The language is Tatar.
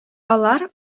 алар